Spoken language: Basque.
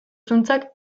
zuntzak